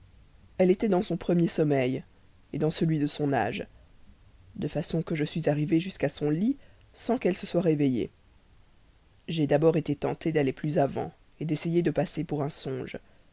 elle était dans son premier sommeil dans celui de son âge de façon que je suis arrivé jusqu'à son lit sans qu'elle se soit réveillée j'ai d'abord été tenté d'aller plus avant d'essayer de passer pour un songe